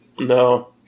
No